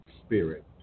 spirit